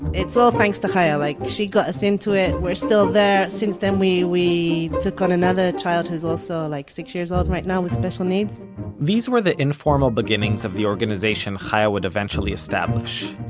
it's all thanks to chaya, like, she got us into it. we're still there. since then we we took on another child, who's also like six years old right now, with special needs these were the informal beginnings of the organization chaya would eventually establish,